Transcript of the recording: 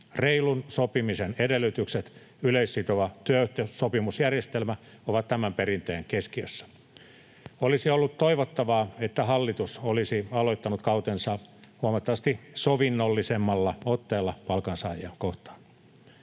Reilun sopimisen edellytykset ja yleissitova työehtosopimusjärjestelmä ovat tämän perinteen keskiössä. Olisi ollut toivottavaa, että hallitus olisi aloittanut kautensa huomattavasti sovinnollisemmalla otteella palkansaajia kohtaan.